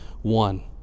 one